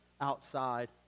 outside